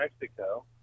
Mexico